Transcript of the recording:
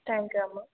thank you అమ్మా